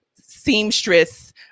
seamstress